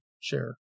share